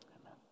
Amen